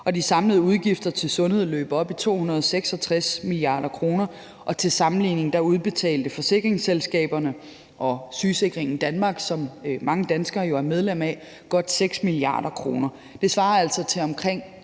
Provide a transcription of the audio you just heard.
de samlede udgifter til sundhed løb op i 266 mia. kr. Og til sammenligning udbetalte forsikringsselskaberne og Sygeforsikringen "danmark", som mange danskere jo er medlem af, godt 6 mia. kr. Det svarer altså til omkring